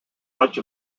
much